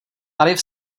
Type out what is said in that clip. tarif